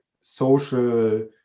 social